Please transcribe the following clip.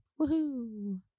Woohoo